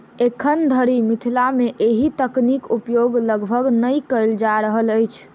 एखन धरि मिथिला मे एहि तकनीक उपयोग लगभग नै कयल जा रहल अछि